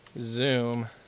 zoom